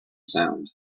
sound